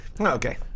Okay